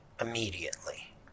Immediately